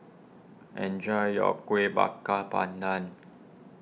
enjoy your Kuih Bakar Pandan